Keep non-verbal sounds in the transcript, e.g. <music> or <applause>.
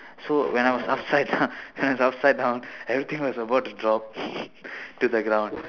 so when I was upside down when I was upside down everything was about to drop <laughs> to the ground